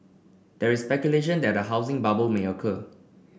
there is speculation that housing bubble may occur